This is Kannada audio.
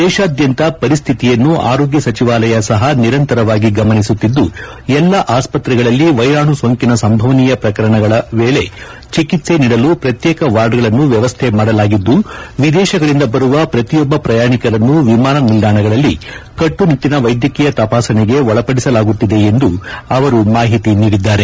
ದೇಶಾದ್ನಂತ ಪರಿಸ್ಡಿತಿಯನ್ನು ಆರೋಗ್ನ ಸಚಿವಾಲಯ ಸಹ ನಿರಂತರವಾಗಿ ಗಮನಿಸುತ್ತಿದ್ದು ಎಲ್ಲಾ ಆಸ್ಪತ್ರೆಗಳಲ್ಲಿ ವೈರಾಣು ಸೋಂಕಿನ ಸಂಭವನೀಯ ಪ್ರಕರಣಗಳ ವೇಳೆ ಚಿಕಿತ್ನೆ ನೀಡಲು ಪ್ರತ್ಯೇಕ ವಾರ್ಡ್ಗಳನ್ನು ವ್ಯವಸ್ಡೆ ಮಾಡಲಾಗಿದ್ದು ವಿದೇಶಗಳಿಂದ ಬರುವ ಪ್ರತಿಯೊಬ್ಬ ಪ್ರಯಾಣಿಕರನ್ನೂ ವಿಮಾನ ನಿಲ್ದಾಣಗಳಲ್ಲಿ ಕಟ್ಟುನಿಟ್ಟಿನ ವೈದ್ಯಕೀಯ ತಪಾಸಣೆಗೆ ಒಳಪಡಿಸಲಾಗುತ್ತಿದೆ ಎಂದು ಅವರು ಮಾಹಿತಿ ನೀಡಿದ್ದಾರೆ